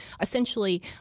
essentially